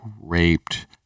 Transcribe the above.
raped